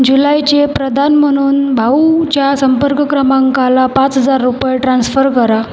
जुलैचे प्रदान म्हणून भाऊच्या संपर्क क्रमांकाला पाच हजार रुपये ट्रान्स्फर करा